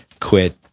quit